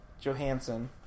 Johansson